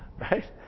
Right